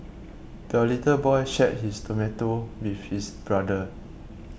the little boy shared his tomato with his brother